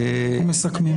אנחנו מסכמים.